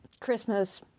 Christmas